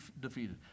defeated